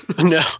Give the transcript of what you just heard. No